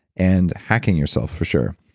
and hacking yourself, for sure.